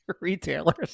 retailers